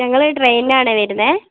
ഞങ്ങള് ട്രെയ്നിലാണേ വരുന്നേ